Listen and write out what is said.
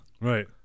Right